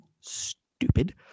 Stupid